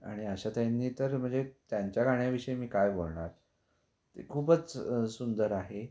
आणि आशाताईंनी तर म्हणजे त्यांच्या गाण्याविषयी मी काय बोलणार ते खूपच सुंदर आहे